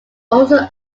also